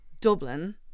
Dublin